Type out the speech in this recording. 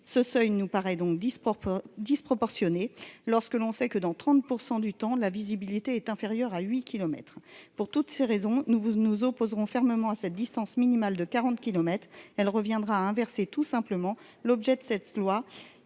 ce seuil nous paraît donc dispo pour disproportionnée lorsque l'on sait que dans 30 % du temps, la visibilité est inférieure à 8 kilomètres pour toutes ces raisons, nous vous nous opposerons fermement à cette distance minimale de 40 kilomètres elle reviendra à inverser tout simplement l'objet de cette loi